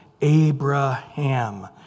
Abraham